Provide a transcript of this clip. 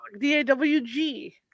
d-a-w-g